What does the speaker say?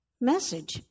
message